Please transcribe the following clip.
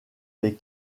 les